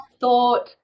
thought